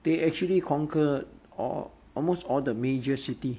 they actually conquered all almost all the major city